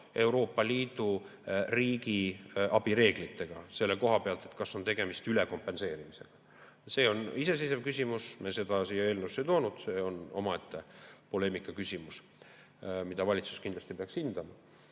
Euroopa Liidu riigiabireeglitega, selle koha pealt, kas on tegemist ülekompenseerimisega. See on iseseisev küsimus, me seda siia eelnõusse ei toonud, see on omaette poleemika küsimus, mida valitsus kindlasti peaks hindama.